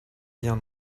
bien